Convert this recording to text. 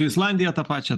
islandija tą pačią